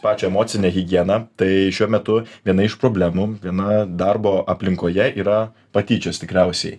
pačią emocinę higieną tai šiuo metu viena iš problemų viena darbo aplinkoje yra patyčios tikriausiai